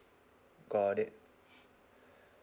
got it